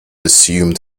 assumed